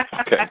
Okay